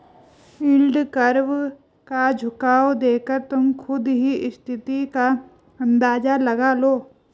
yield curve का झुकाव देखकर तुम खुद ही स्थिति का अंदाजा लगा लो